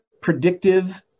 predictive